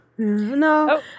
No